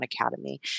Academy